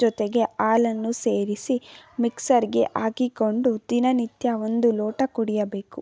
ಜೊತೆಗೆ ಹಾಲನ್ನು ಸೇರಿಸಿ ಮಿಕ್ಸರ್ಗೆ ಹಾಕಿಕೊಂಡು ದಿನನಿತ್ಯ ಒಂದು ಲೋಟ ಕುಡಿಯಬೇಕು